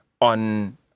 on